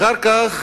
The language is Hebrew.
אחר כך